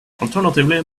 alternatively